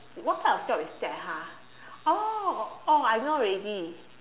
what type of job is that ha oh oh I know already